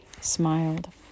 smiled